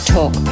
Talk